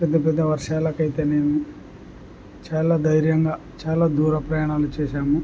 పెద్ద పెద్ద వర్షాలకైతే మేము చాలా ధైర్యంగా చాలా దూర ప్రయాణాలు చేశాము